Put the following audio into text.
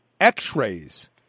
x-rays